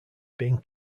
being